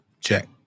check